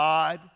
God